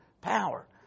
power